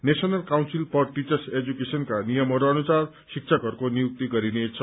national council for teachers एजुकेशनका नियमहरू अनुसार शिक्षकहरूको नियुक्ति गरिनेछ